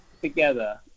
together